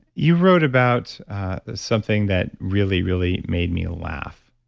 you wrote about something that really, really made me laugh.